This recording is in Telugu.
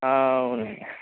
అవునండీ